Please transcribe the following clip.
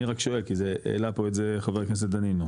אני רק שואל כי זה העלה פה את זה חבר הכנסת דנינו,